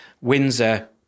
Windsor